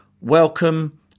Welcome